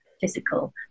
physical